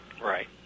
Right